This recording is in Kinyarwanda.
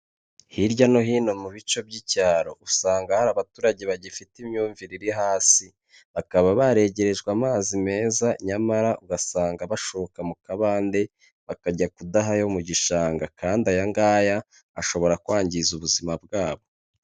Hirya no hino mu bice by'icyaro, usanga hari abaturage bagifite imyumvire iri hasi, bakaba baregerejwe amazi meza, nyamara ugasanga bashoka mu kabande, bakajya kudaha ayo mu gishanga, kandi aya ngaya ashobora kwangiza ubuzima bwabo.